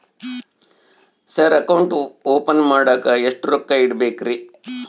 Sir account open ಮಾಡಾಕ ಎಷ್ಟು ರೊಕ್ಕ ಇಡಬೇಕ್ರಿ?